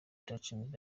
touching